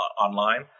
online